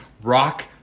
rock